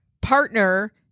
partner